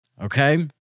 Okay